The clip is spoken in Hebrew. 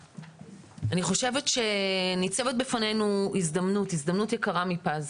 חושבת שניצבת בפנינו הזדמנות, הזדמנות יקרה מפז,